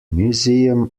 museum